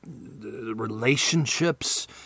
relationships